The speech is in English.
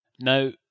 Now